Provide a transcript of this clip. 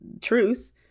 truth